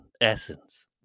essence